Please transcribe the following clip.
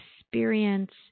experience